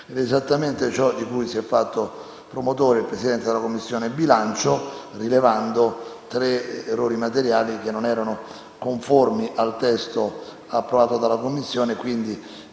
esattamente ciò di cui si è fatto promotore il Presidente della Commissione bilancio, rilevando tre errori materiali che rendevano il testo non conforme a quello approvato dalla Commissione. Quindi